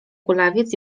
kulawiec